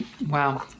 Wow